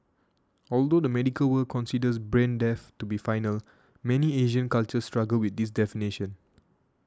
although the medical world considers brain death to be final many Asian cultures struggle with this definition